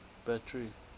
battery